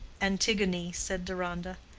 antigone, said deronda.